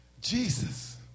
Jesus